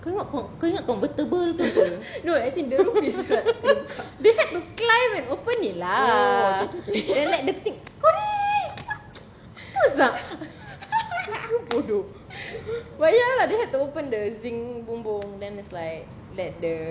kau ingat kau kau ingat convertible ke apa they had to climb and open it lah kau ni bodoh but ya lah they have to open the zinc bumbung then it's like let the